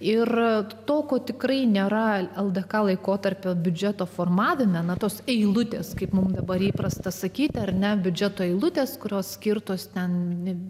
ir to ko tikrai nėra ldk laikotarpio biudžeto formavime nuo tos eilutės kaip mums dabar įprasta sakyti ar ne biudžeto eilutes kurios skirtos ten